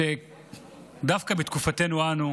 שדווקא בתקופתנו אנו